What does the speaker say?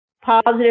positive